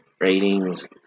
Ratings